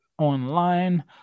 Online